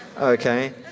Okay